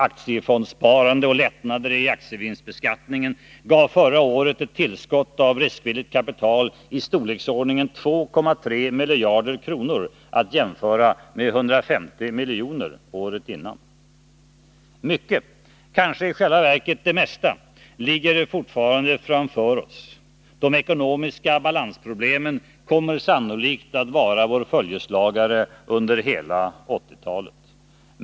Aktiefondsparande och lättnader i aktievinstbeskattningen gav förra året ett tillskott av riskvilligt kapital i storleksordningen 2,3 miljarder kronor, att jämföra med 150 miljoner året innan. Mycket, kanske i själva verket det mesta, ligger fortfarande framför oss. De ekonomiska balansproblemen kommer sannolikt att vara vår följeslagare under hela 1980-talet.